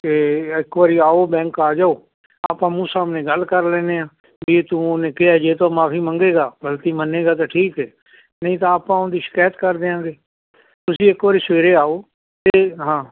ਤੇ ਇੱਕ ਵਾਰੀ ਆਓ ਬੈਂਕ ਆ ਜਾਓ ਆਪਾਂ ਮੂੰਹ ਸਾਹਮਣੇ ਗੱਲ ਕਰ ਲੈਦੇ ਆਂ ਵੀ ਤੂੰ ਉਹਨੇ ਕਿਹਾ ਜੇ ਤੋਂ ਮਾਫੀ ਮੰਗੇਗਾ ਬਲਕਿ ਮੰਨੇਗਾ ਤਾਂ ਠੀਕ ਹ ਨਹੀਂ ਤਾਂ ਆਪਾਂ ਉਹਦੀ ਸ਼ਿਕਾਇਤ ਕਰ ਦਿਆਂਗੇ ਤੁਸੀਂ ਇੱਕ ਵਾਰੀ ਸਵੇਰੇ ਆਓ ਤੇ ਹਾਂ